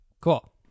Cool